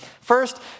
First